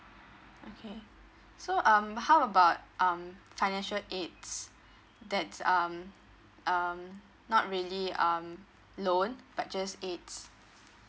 okay so um how about um financial aids that's um um not really um loan but just aids